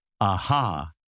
aha